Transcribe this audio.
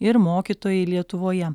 ir mokytojai lietuvoje